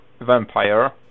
vampire